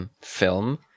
Film